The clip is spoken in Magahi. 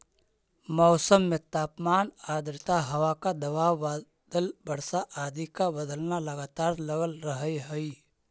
मौसम में तापमान आद्रता हवा का दबाव बादल वर्षा आदि का बदलना लगातार लगल रहअ हई